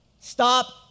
Stop